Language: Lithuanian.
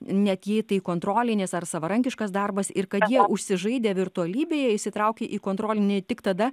net jei tai kontrolinis ar savarankiškas darbas ir kad jie užsižaidę virtualybėje įsitraukia į kontrolinį tik tada